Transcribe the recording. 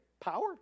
power